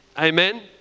Amen